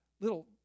little